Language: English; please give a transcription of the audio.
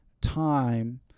time